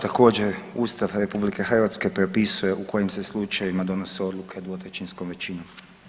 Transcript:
Također, Ustav RH propisuje u kojim se slučajevima donose odluke dvotrećinskom većinom.